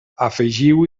afegiu